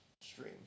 stream